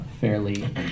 fairly